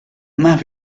más